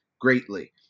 GREATLY